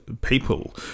people